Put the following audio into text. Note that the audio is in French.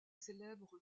célèbre